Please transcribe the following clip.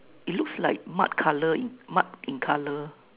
looks like mud colour in mud in colour